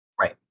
right